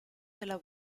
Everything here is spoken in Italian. della